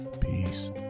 Peace